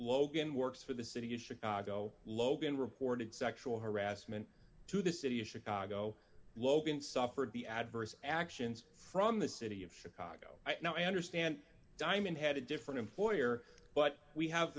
logan works for the city of chicago logan reported sexual harassment to the city of chicago logan suffered the adverse actions from the city of chicago now i understand diamond had a different employer but we have